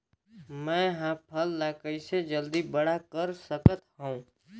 मैं ह फल ला कइसे जल्दी बड़ा कर सकत हव?